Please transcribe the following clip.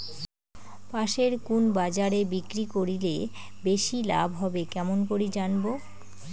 পাশের কুন বাজারে বিক্রি করিলে বেশি লাভ হবে কেমন করি জানবো?